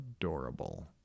adorable